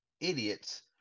idiots